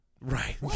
Right